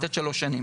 לתת שלוש שנים.